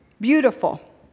beautiful